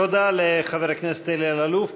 תודה לחבר הכנסת אלי אלאלוף.